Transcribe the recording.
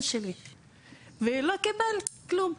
ולא קיבל כלום.